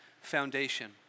foundation